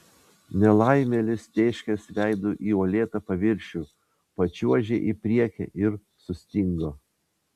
nelaimėlis tėškės veidu į uolėtą paviršių pačiuožė į priekį ir sustingo